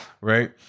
right